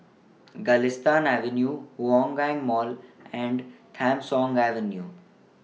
Galistan Avenue Hougang Mall and Tham Soong Avenue